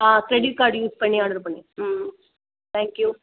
ஆ credit card use பண்ணி order பண்ணி ம் தேங்க் யூ